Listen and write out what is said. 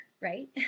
right